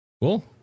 cool